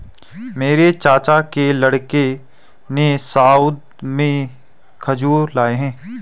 मेरे चाचा के लड़कों ने सऊदी से खजूर लाए हैं